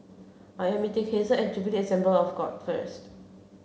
I am meeting Hazelle at Jubilee Assembly of God first